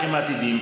רווחים עתידיים.